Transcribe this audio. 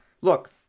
Look